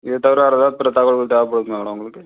இதை தவிற எதாவது பிற தகவல்கள் தேவைப்படுதா மேடம் உங்களுக்கு